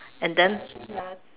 and then